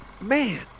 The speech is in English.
Man